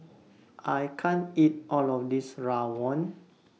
I can't eat All of This Rawon